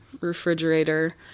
refrigerator